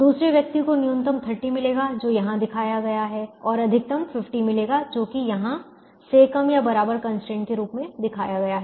दूसरे व्यक्ति को न्यूनतम 30 मिलेगा जो यहाँ दिखाया गया है और अधिकतम 50 मिलेगा जो कि यहाँ से कम या बराबर कंस्ट्रेंट के रूप में दिखाया गया है